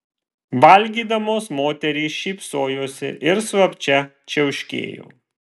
valgydamos moterys šypsojosi ir slapčia čiauškėjo